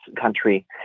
country